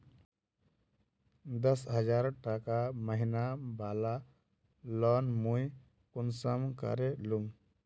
दस हजार टका महीना बला लोन मुई कुंसम करे लूम?